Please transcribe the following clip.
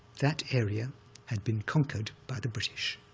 that area had been conquered by the british.